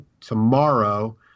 tomorrow